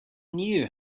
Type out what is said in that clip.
knew